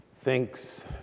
thinks